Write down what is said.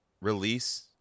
release